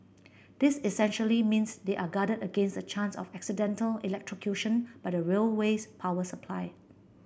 this essentially means they are guarded against the chance of accidental electrocution by the railway's power supply